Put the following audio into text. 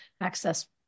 access